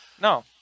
No